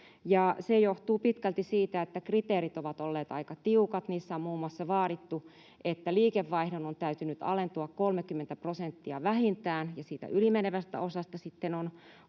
se johtuu pitkälti siitä, että kriteerit ovat olleet aika tiukat. Niissä on muun muassa vaadittu, että liikevaihdon on täytynyt alentua vähintään 30 prosenttia, ja siitä ylimenevä osa on sitten